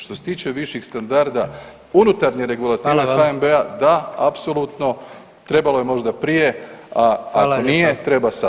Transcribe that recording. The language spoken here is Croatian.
Što se tiče viših standarda unutarnje regulative [[Upadica predsjednik: Hvala vam.]] HNB-a da apsolutno trebalo je možda prije, a ako nije [[Upadica predsjednik: Hvala vam lijepa.]] treba sada.